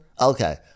okay